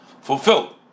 fulfilled